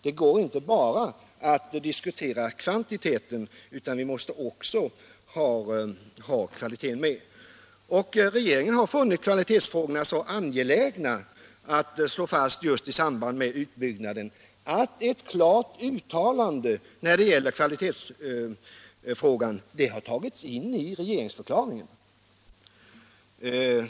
Det går inte att bara diskutera kvantiteten, vi måste också ha med kvaliteten. Regeringen har funnit kvalitetsfrågorna så angelägna i samband med utbyggnaden att ett klart uttalande därom har tagits in i regeringsdeklarationen.